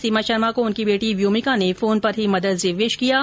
सीमा शर्मा को उनकी बेटी व्योमिका ने फोन पर ही मदर्स डे विश किया है